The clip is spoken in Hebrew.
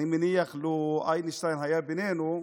אני מניח שלו איינשטיין היה בינינו,